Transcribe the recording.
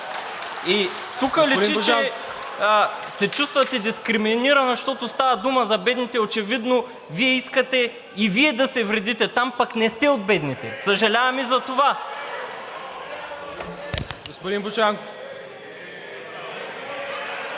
И тук личи, че се чувствате дискриминирана, защото става дума за бедните. Очевидно, искате и Вие да се вредите там, пък не сте от бедните. Съжалявам и за това. (Шум и реплики